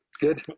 Good